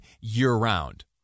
year-round